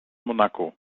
monaco